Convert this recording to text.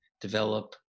develop